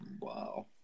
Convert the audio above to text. Wow